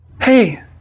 Hey